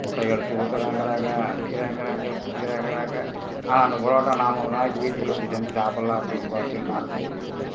முட்டை அடித்து ஊற்றுறங்குறாங்க அடிக்கிறங்கிறாங்க பிக்கிறங்கிறாங்க ஆனால் அந்த புரோட்டா நாம் ஒரு நாளைக்கு வீட்டில் வச்சு செஞ்சு சாப்பிட்லாம் அப்படின்னு பார்த்தீட்டிங்கனா அதுக்கு முடியவே மாட்டேங்கிது